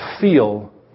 feel